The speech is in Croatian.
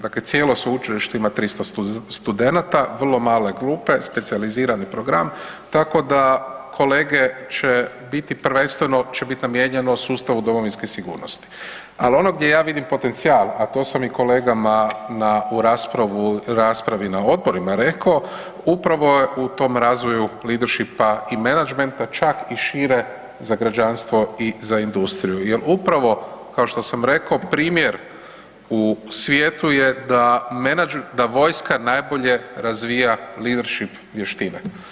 Dakle cijelo sveučilište ima 300 studenata, vrlo male klupe, specijalizirani program, tako da kolege će biti prvenstvo će biti namijenjeno sustavu domovinske sigurnosti, ali ono gdje ja vidim potencijal a to sam i kolegama u raspravi na odborima reko, upravo u tom razvoju leadershipa i menadžmenta, čak i šire za građanstvo i za industriju jer upravo kao što sam reko, primjer u svijetu je da vojska najbolje razvija leadership vještine.